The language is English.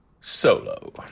solo